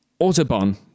autobahn